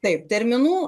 taip terminų